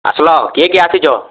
ଆସ୍ଲ କିଏ କିଏ ଆସିଛ